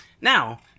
Now